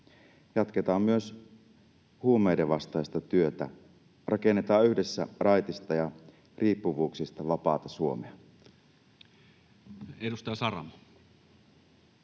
Jatketaan myös huumeidenvastaista työtä. Rakennetaan yhdessä raitista ja riippuvuuksista vapaata Suomea. [Speech